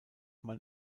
man